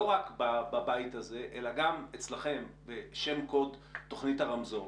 לא רק בבית הזה אלא גם אצלכם בשם קוד תוכנית הרמזור,